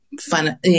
fun